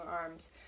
arms